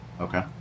Okay